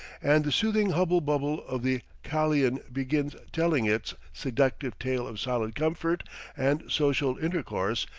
and the soothing hubble-bubble of the kalian begins telling its seductive tale of solid comfort and social intercourse,